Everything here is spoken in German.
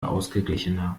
ausgeglichener